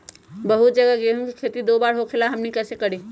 बहुत जगह गेंहू के खेती दो बार होखेला हमनी कैसे करी?